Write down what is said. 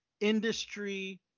industry